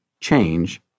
change